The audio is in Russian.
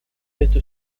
эту